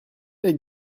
vingt